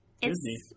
Disney